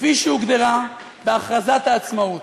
כפי שהוגדרה בהכרזת העצמאות,